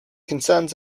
concerns